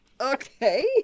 Okay